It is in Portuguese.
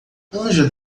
angela